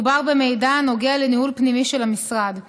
מדובר במידע הנוגע לניהול פנימי של המשרד.